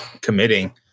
committing